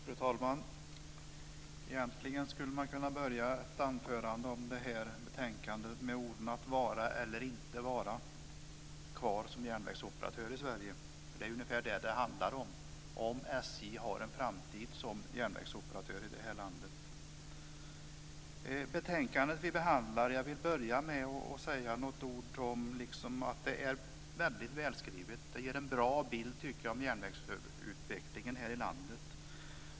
Fru talman! Egentligen skulle man kunna börja anförandet om detta betänkande med orden: att vara eller inte vara kvar som järnvägsoperatör i Sverige. Det är ungefär detta det handlar om - om SJ har en framtid som järnvägsoperatör i det här landet. Jag vill börja med att säga några ord om betänkandet. Det är väldigt välskrivet. Det ger en bra bild av järnvägsutvecklingen här i landet.